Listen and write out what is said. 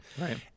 right